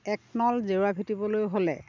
একনল জেউৰা ভেটিবলৈ হ'লে